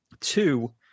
Two